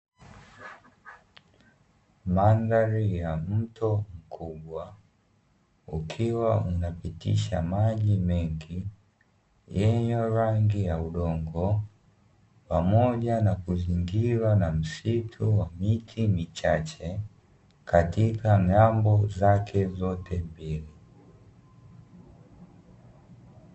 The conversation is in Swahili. Mandhari ya mto mkubwa ukiwa unapitisha maji mengi yenye rangi ya udongo pamoja na kuzingirwa na msitu na miti michache, katika ng'ambo zake zote mbili.